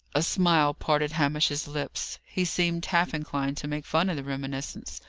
a smile parted hamish's lips he seemed half inclined to make fun of the reminiscence.